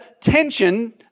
tension